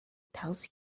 tells